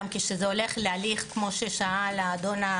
גם כשזה הולך להליך של ביד"ם,